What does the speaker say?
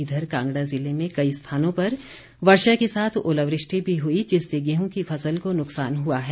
इधर कांगड़ा ज़िले में कई स्थानों पर वर्षा के साथ ओलावृष्टि भी हुई जिससे गेहूं की फसल को नुकसान हुआ है